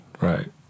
right